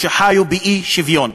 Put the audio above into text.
שחיו באי-שוויון.